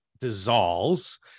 dissolves